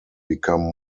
become